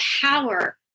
power